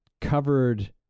covered